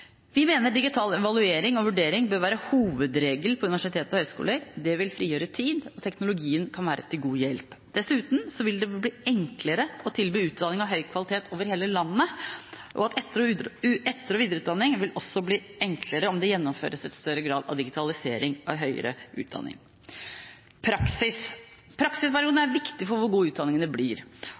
Vi mener digital evaluering og vurdering bør være hovedregelen ved universiteter og høyskoler. Det vil frigjøre tid, og teknologien kan være til god hjelp. Dessuten vil det gjøre det enklere å tilby utdanning av høy kvalitet over hele landet, og etter- og videreutdanning vil også bli enklere om det gjennomføres en større grad av digitalisering av høyere utdanning. Praksisperioden er viktig for hvor god utdanningen blir. Det